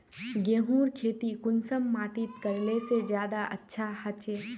गेहूँर खेती कुंसम माटित करले से ज्यादा अच्छा हाचे?